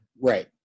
Right